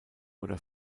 oder